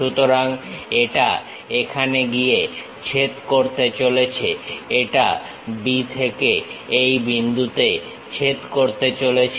সুতরাং এটা এখানে গিয়ে ছেদ করতে চলেছে এটা B থেকে এই বিন্দুতে ছেদ করতে চলেছে